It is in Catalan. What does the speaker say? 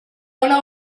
una